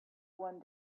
one